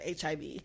HIV